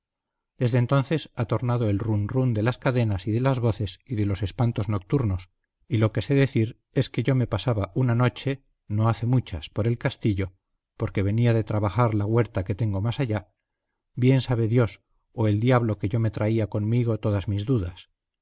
desde entonces ha tornado el run run de las cadenas y de las voces y de los espantos nocturnos y lo que sé decir es que yo me pasaba una noche no hace muchas por el castillo porque venía de trabajar la huerta que tengo más allá bien sabe dios o el diablo que yo me traía conmigo todas mis dudas